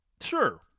Sure